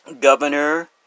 Governor